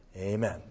Amen